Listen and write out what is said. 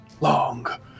long